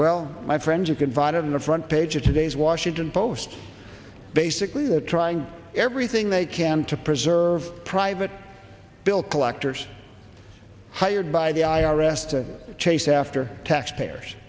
well my friends and confided in the front page of today's washington post basically they're trying everything they can to preserve private bill collectors hired by the i r s to chase after taxpayers